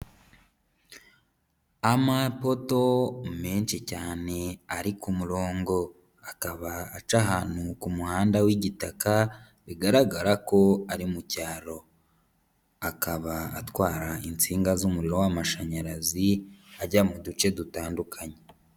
Amapoto menshi cyane ari ku murongo, akaba aca ahantu ku muhanda w'igitaka, bigaragara ko ari mu cyaro. Akaba atwara insinga z'umuriro w'amashanyarazi, ajya mu duce dutandukanye.